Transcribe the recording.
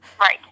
Right